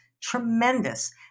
tremendous